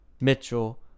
Mitchell